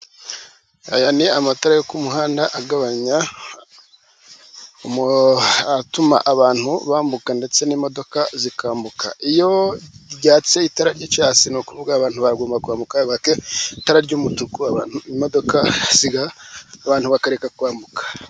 Aya ni amatara yo ku muhanda agabanya, atuma abantu bambuka ndetse n'imodoka zikambuka, iyo ryatse itara ry'icyatsi ni ukuvuga abantu bagomba kwambuka, itara ry'umutuku imodoka zigatambuka abantu bakareka kwambuka.